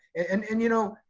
and and you know,